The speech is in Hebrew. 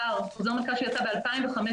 יצא ב-2015,